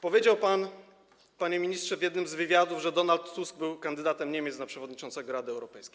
Powiedział pan, panie ministrze, w jednym z wywiadów, że Donald Tusk był kandydatem Niemiec na przewodniczącego Rady Europejskiej.